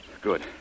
Good